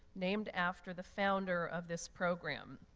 named after the founder of this program.